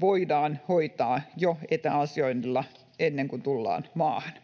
voidaan hoitaa jo etäasioinnilla ennen kuin tullaan maahan.